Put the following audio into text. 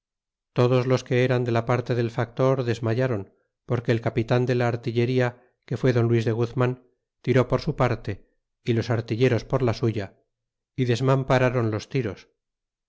todos los que eran de la parte del factor desrna yron porque el a pitan de la artillería que fa don luis de guzman tiró por su parte los artilleros por la suya y